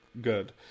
good